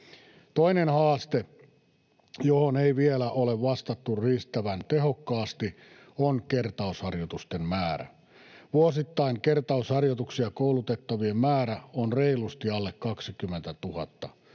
Toinen haaste, johon ei vielä ole vastattu riittävän tehokkaasti, on kertausharjoitusten määrä. Vuosittain kertausharjoituksissa koulutettavien määrä on reilusti alle 20 000.